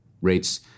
rates